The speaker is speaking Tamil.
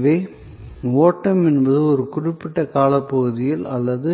எனவே ஓட்டம் என்பது ஒரு குறிப்பிட்ட காலப்பகுதியில் அல்லது